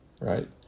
Right